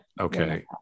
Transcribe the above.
Okay